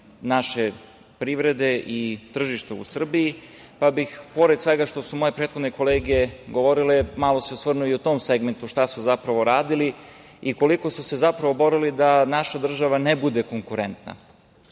naše privrede i tržišta u Srbiji, pa bih pored svega što su moje prethodne kolege govorile, malo se osvrnuo i o tom segmentu, šta su zapravo radili i koliko su se zapravo borili da naša država ne bude konkurentna. Inače,